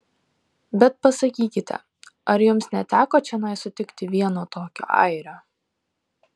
bet pasakykite ar jums neteko čionai sutikti vieno tokio airio